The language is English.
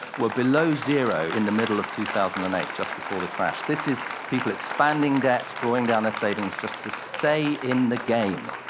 were below zero in the middle of two thousand and eight, just before the crash. this is people expanding debt, drawing down their savings, just to stay in the game.